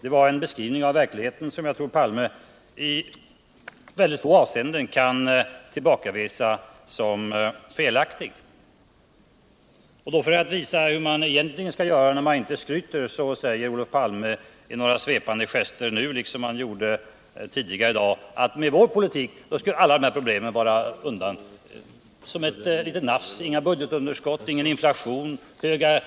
Det var en beskrivning av verkligheten som jag tror Olof Palme i mycket få avseenden kan tillbakavisa som felaktig. För att då visa hur man egentligen skall göra när man inte skryter, så säger Olof Palme i svepande gester, nu liksom tidigare i dag: Med vår politik skulle alla dessa problem vara borta som i ett litet nafs. Inga budgetunderskott, ingen inflation, höga